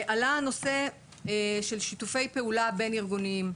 עלה הנושא של שיתופי פעולה בין-ארגוניים.